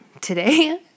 Today